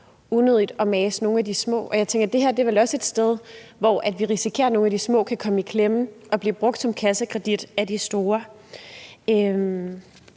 unødigt at mase nogle af de små. Og jeg tænker, at det her vel også er et sted, hvor vi risikerer, at nogle af de små kan komme i klemme og blive brugt som kassekredit af de store.